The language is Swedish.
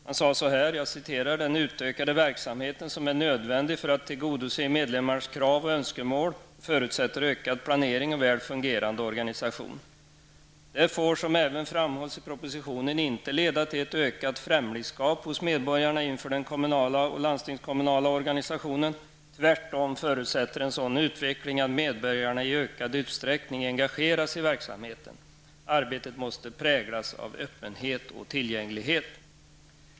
Man sade: Den utökade verksamheten som är nödvändig för att tillgodose medlemmarnas krav och önskemål förutsätter ökad planering och en väl fungerande organisation. Detta får som även framhålls i propositionen inte leda till ökat främlingskap hos medborgarna inför den kommunala och landstingskommunala organisationen. Tvärtom förutsätter en sådan utveckling att medborgarna i ökad utsträckning engageras i verksamheten. Arbetet måste präglas av öppenhet och tillgänglighet.''